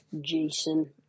Jason